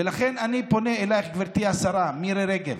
ולכן אני פונה אלייך, גברתי השרה מירי רגב,